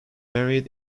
married